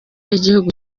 y’igihugu